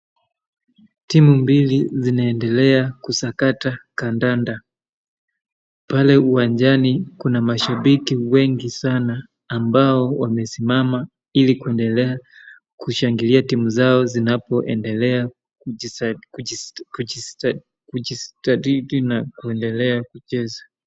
Timu mbili zinaendelea kusakata kandanda, pale uwanjani kuna mashabiki wengi sana, ambao wamesimama ili kuendelea kushangilia timu zao zinapoendelea kujistadidi na kuendelea kucheza.